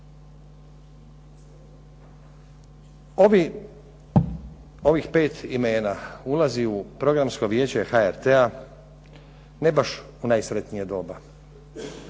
Ovih pet imena ulazi u Programsko vijeće HRT-a ne baš u najsretnije doba,